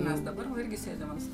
mes dabar va irgi sėdim